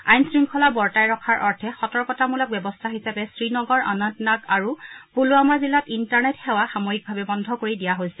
আইন শংখলা বৰ্তাই ৰখাৰ অৰ্থে সতৰ্কতামূলক ব্যৱস্থা হিচাপে শ্ৰীনগৰ অনন্তনাগ আৰু পুলুৱামা জিলাত ইণ্টাৰনেট সেৱা সাময়িকভাৱে বন্ধ কৰি দিয়া হৈছে